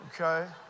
Okay